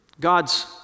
God's